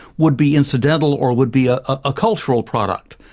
would be incidental or would be a ah cultural product.